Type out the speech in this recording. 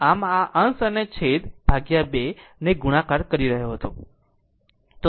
આમ આ અંશ અને છેદ 2 ને ગુણાકાર કરી રહ્યો હતો